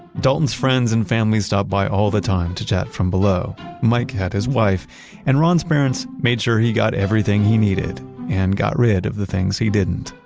dalton's friends and family stopped by all the time to chat from below, mike had his wife and ron's parents made sure he got everything he needed and got rid of the things he didn't.